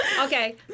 Okay